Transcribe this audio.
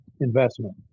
investment